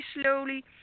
slowly